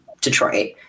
Detroit